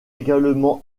également